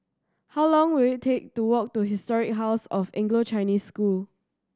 how long will it take to walk to Historic House of Anglo Chinese School